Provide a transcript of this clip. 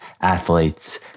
athletes